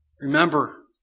Remember